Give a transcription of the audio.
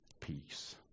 peace